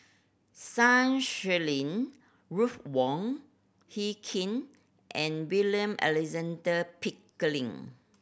Sun Xueling Ruth Wong Hie King and William Alexander Pickering